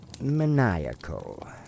maniacal